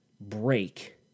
break